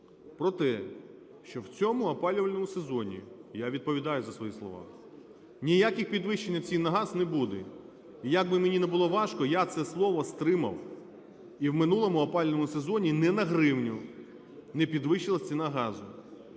про те, що в цьому опалювальному сезоні – я відповідаю за свої слова – ніяких підвищень цін на газ не буде. І як би мені не було важко, я це слово стримав. І в минулому опалювальному сезоні ні на гривню не підвищилася ціна газу.